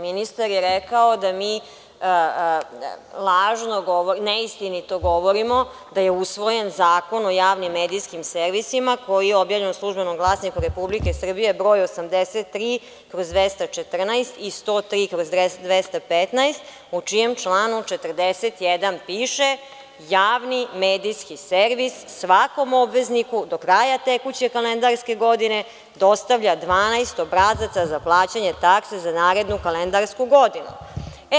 Ministar je rekao da mi lažno govorimo, neistinito govorimo da je usvojen Zakon o javnim medijskim servisima, koji je objavljen u „Službenom glasniku“ Republike Srbije broj 83/214 i 103/215, u čijem članu 41. piše: „Javni medijski servis svakom obvezniku do kraja tekuće kalendarske godine dostavlja 12 obrazaca za plaćanje takse za narednu kalendarsku godinu.